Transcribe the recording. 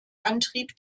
antrieb